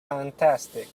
fantastic